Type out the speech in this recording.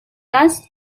است